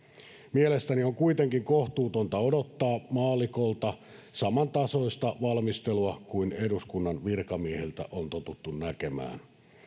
mielestäni on kuitenkin kohtuutonta odottaa maallikolta samantasoista valmistelua kuin eduskunnan virkamiehiltä on totuttu näkemään